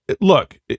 look